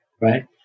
right